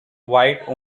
white